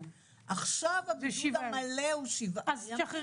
עכשיו הבידוד המלא הוא שבעה ימים.